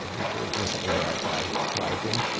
was something that i that i thrived in.